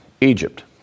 Egypt